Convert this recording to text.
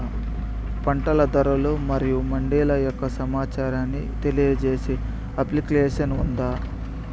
పంట ధరలు మరియు మండీల యొక్క సమాచారాన్ని తెలియజేసే అప్లికేషన్ ఉందా?